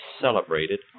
celebrated